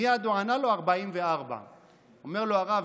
מייד הוא ענה לו: 44. עונה לו הרב: